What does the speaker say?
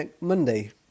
Monday